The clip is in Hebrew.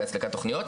בהצגת תכניות.